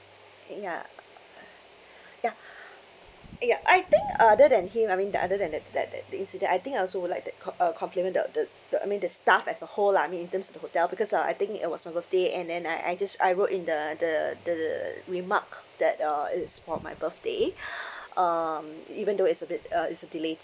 ya ya ya I think other than him I mean the other than that that that incidenct I think I also would like to com~ uh compliment the the the I mean the staff as a whole lah I mean in terms of the hotel because uh I think it was my birthday and then I I just I wrote in the the the remark that uh it's for my birthday um even though it's a bit uh it's a delayed